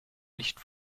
nicht